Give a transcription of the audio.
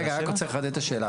רגע, אני רק רוצה לחדד את השאלה.